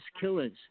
killers